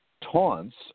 taunts